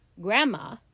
Grandma